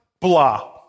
blah